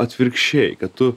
atvirkščiai kad tu